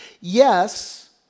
Yes